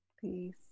peace